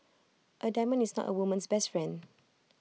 A diamond is not A woman's best friend